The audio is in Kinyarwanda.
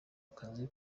akazi